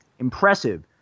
Impressive